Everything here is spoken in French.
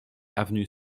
avenue